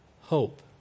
hope